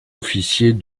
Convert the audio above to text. officiers